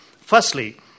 Firstly